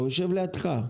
הוא יושב לידך.